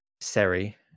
Seri